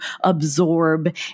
absorb